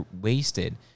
wasted